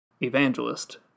evangelist